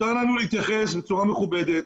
מותר לנו להתייחס בצורה מכובדת.